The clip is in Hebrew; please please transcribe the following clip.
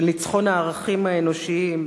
של ניצחון הערכים האנושיים,